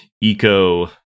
Eco